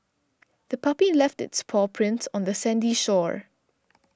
the puppy left its paw prints on the sandy shore